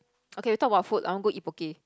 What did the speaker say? okay we talk about food I want go eat Poke